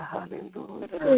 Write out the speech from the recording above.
Hallelujah